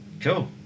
Cool